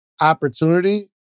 opportunity